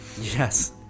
Yes